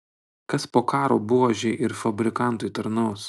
kas po karo buožei ir fabrikantui tarnaus